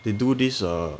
they do this ah